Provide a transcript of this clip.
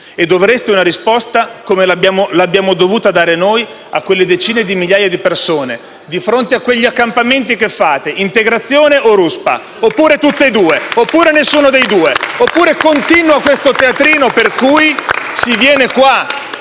e dovreste una risposta, come l'abbiamo dovuta dare noi a quelle decine di migliaia di persone. Di fronte a quegli accampamenti che fate? Integrazione o ruspa? Oppure tutte e due? Oppure nessuna delle due? *(Applausi dal Gruppo PD)*. Oppure continua questo teatrino, per cui si viene qua